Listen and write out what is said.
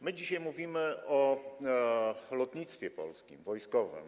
My dzisiaj mówimy o lotnictwie polskim, wojskowym.